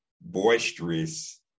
boisterous